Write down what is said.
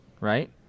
right